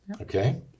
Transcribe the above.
okay